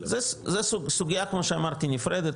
זה סוגייה כמו שאמרתי נפרדת,